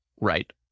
Right